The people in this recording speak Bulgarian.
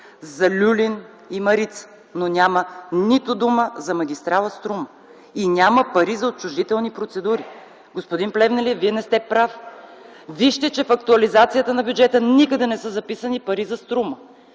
за „Люлин” и „Марица”, но няма нито дума за магистрала „Струма”. И няма пари за отчуждителни процедури. Господин Плевнелиев, Вие не сте прав. Вижте, че в актуализацията на бюджета никъде не са записани пари за „Струма”.